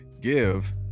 give